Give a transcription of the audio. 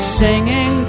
singing